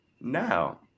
now